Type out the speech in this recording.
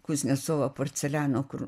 kuznecovo porceliano kur